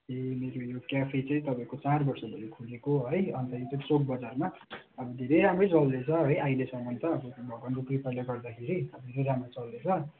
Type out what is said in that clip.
ए मेरो यो क्याफे चाहिँ तपाईँको चार वर्ष भयो खोलेको है अन्त यो चाहिँ चोक बजारमा अब धेरै राम्रो चल्दैछ है अहिलेसम्म त अब भगवान्को कृपाले गर्दाखेरि अब धेरै राम्रो चल्दैछ र